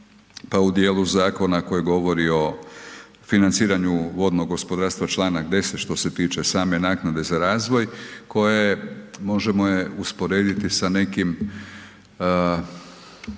pa u dijelu zakona koji govori o financiranju vodnog gospodarstva Članak 10. što se tiče same naknade za razvoj koja je, možemo je usporediti sa nekim